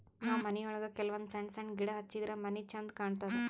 ನಾವ್ ಮನಿಯೊಳಗ ಕೆಲವಂದ್ ಸಣ್ಣ ಸಣ್ಣ ಗಿಡ ಹಚ್ಚಿದ್ರ ಮನಿ ಛಂದ್ ಕಾಣತದ್